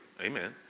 Amen